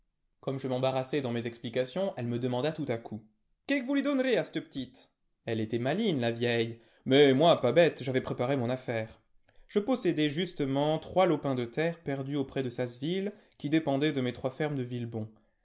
comme je m'embarrassais dans mes explications elle me demanda tout à coup que qu vous lui donnerez à c'te p'tite elle était maligne la vieille mais moi pas bête j'avais préparé mon aoane je possédais justement trois lopins de terre perdus auprès de sasseville qui dépendaient de mes trois fermes de villebon